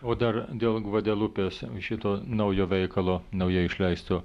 o dar dėl gvadelupės šito naujo veikalo naujai išleisto